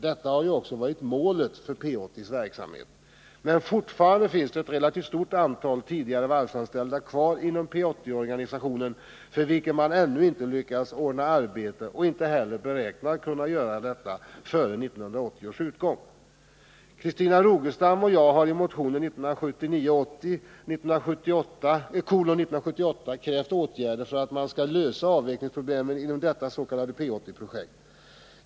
Detta har också varit målet för P 80:s verksamhet. Men fortfarande finns det inom P 80-organisationen kvar ett relativt stort antal tidigare varvsanställda för vilka man ännu inte lyckats ordna arbete och inte heller beräknar kunna göra detta före 1980 års utgång. Christina Rogestam och jag har i motion 1979/80:1978 krävt åtgärder för att lösa avvecklingsproblemen inom det s.k. P 80-projektet.